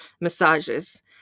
massages